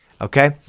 Okay